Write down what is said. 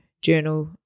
journal